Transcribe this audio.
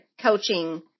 coaching